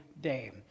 day